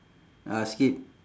uh skip